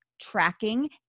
tracking